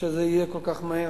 שמוסדות ציבור יהיו כל כך מהר.